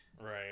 Right